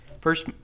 First